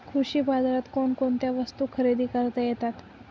कृषी बाजारात कोणकोणत्या वस्तू खरेदी करता येतात